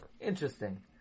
Interesting